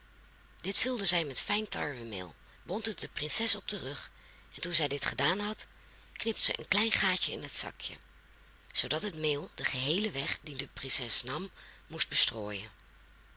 dit vulde zij met fijn tarwemeel bond het de prinses op den rug en toen zij dit gedaan had knipte zij een klein gaatje in het zakje zoodat het meel den geheelen weg dien de prinses nam moest bestrooien